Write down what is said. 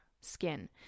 skin